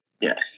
Yes